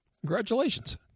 Congratulations